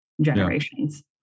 generations